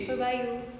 PERBAYU